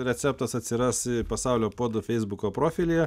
receptas atsiras pasaulio puodų feisbuko profilyje